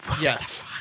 Yes